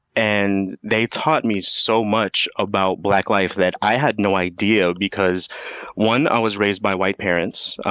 and they taught me so much about black life that i had no idea, because one i was raised by white parents,